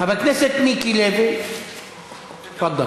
חבר הכנסת מיקי לוי, תפאדל.